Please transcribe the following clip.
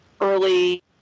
early